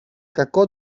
κακό